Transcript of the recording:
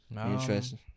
Interesting